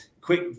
quick